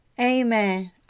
Amen